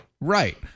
Right